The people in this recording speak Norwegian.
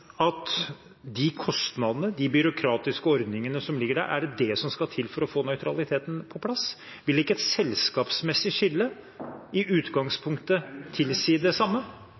det de kostnadene, de byråkratiske ordningene som ligger der, som skal til for å få nøytraliteten på plass? Vil ikke et selskapsmessig skille i utgangspunktet tilsi det samme?